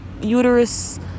uterus